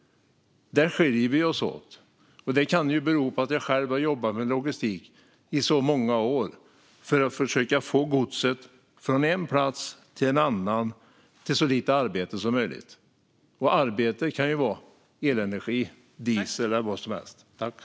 Här skiljer vi oss åt, och det kan bero på att jag själv har jobbat med logistik i så många år och försökt få gods från en plats till en annan med så lite arbete som möjligt - och arbete kan vara elenergi, diesel eller något annat.